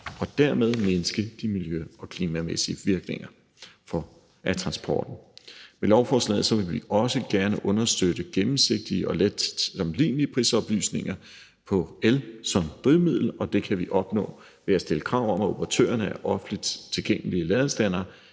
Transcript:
og dermed mindske de miljø- og klimamæssige virkninger af transporten. Med lovforslaget vil vi også gerne understøtte gennemsigtige og let sammenlignelige prisoplysninger på el som drivmiddel, og det kan vi opnå ved at stille krav om, at operatørerne af offentligt tilgængelige ladestandere